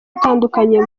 itandukanye